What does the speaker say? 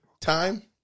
Time